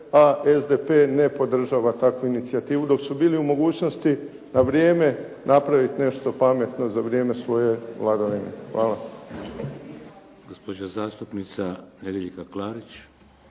a SDP ne podržava takvu inicijativu dok su bili u mogućnosti na vrijeme napraviti nešto pametno za vrijeme svoje vladavine. Hvala.